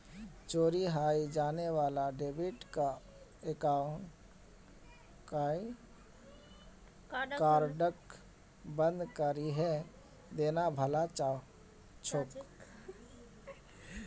चोरी हाएं जाने वाला डेबिट कार्डक बंद करिहें देना भला छोक